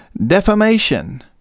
Defamation